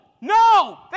no